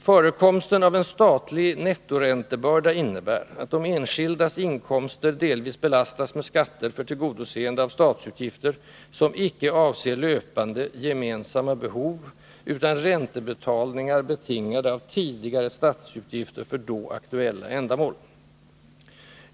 —-—-— Förekomsten av en statlig nettoräntebörda innebär, att de enskildas inkomster delvis belastas av skatter för tillgodoseende av statsutgifter, som icke avser löpande gemensamma behov utan räntebetalningar, betingade av tidigare statsutgifter för då aktuella ändamål.